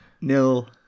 Nil